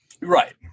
Right